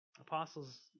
Apostles